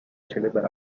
cerebrale